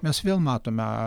mes vėl matome